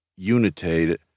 unitate